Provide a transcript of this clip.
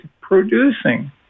producing